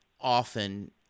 often